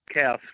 Cows